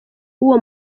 w’uwo